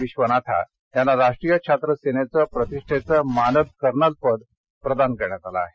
विश्वानाथा यांना राष्ट्रीय छात्र सेनेचं प्रतिष्ठेचं मानद कर्नलपद प्रदान करण्यात आलं आहे